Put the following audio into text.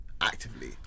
actively